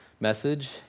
message